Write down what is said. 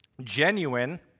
Genuine